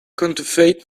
counterfeit